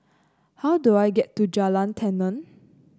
how do I get to Jalan Tenon